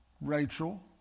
Rachel